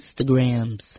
Instagrams